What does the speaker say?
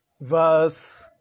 verse